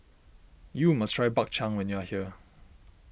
you must try Bak Chang when you are here